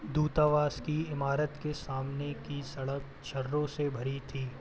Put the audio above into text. दूतावास की इमारत के सामने की सड़क छर्रों से भरी थी